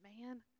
man